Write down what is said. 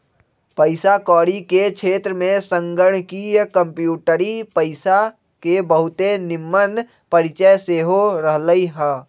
पइसा कौरी के क्षेत्र में संगणकीय कंप्यूटरी पइसा के बहुते निम्मन परिचय सेहो रहलइ ह